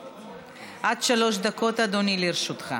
עד שלוש דקות, אדוני, לרשותך.